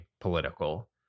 political